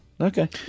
Okay